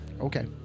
okay